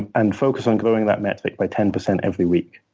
and and focus on growing that metric by ten percent every week.